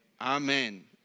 Amen